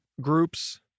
groups